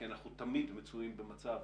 כי אנחנו תמיד מצויים במצב